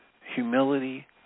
humility